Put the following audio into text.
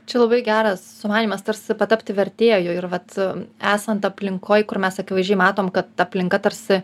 čia labai geras sumanymas tarsi patapti vertėju ir vat esant aplinkoj kur mes akivaizdžiai matom kad aplinka tarsi